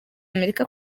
amerika